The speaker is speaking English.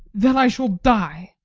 then i shall die!